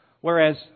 Whereas